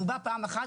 הוא בא פעם אחת,